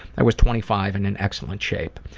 i was twenty five and in excellent shape.